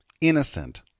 innocent